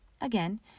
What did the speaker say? Again